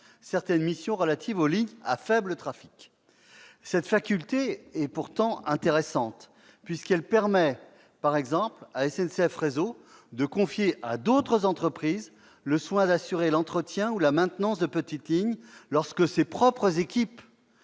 certaines missions relatives aux lignes à faible trafic. Cette faculté est pourtant intéressante, puisqu'elle permet, par exemple, à SNCF Réseau de confier à d'autres entreprises le soin d'assurer l'entretien ou la maintenance de petites lignes lorsque ses propres équipes